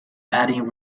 adding